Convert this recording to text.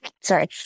sorry